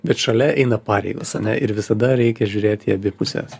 bet šalia eina pareigos ane ir visada reikia žiūrėt į abi puses